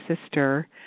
sister